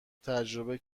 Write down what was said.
تجربه